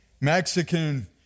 Mexican